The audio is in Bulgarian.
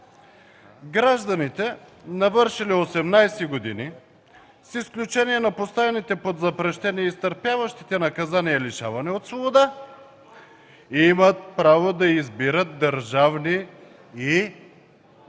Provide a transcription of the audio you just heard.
„Гражданите, навършили 18 години, с изключение на поставените под запрещение и изтърпяващите наказание „лишаване от свобода”, имат право да избират държавни и